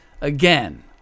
again